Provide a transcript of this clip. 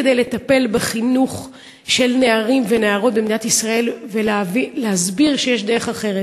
כדי לטפל בחינוך של נערים ונערות במדינת ישראל ולהסביר שיש דרך אחרת.